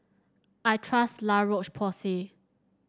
I trust La Roche Porsay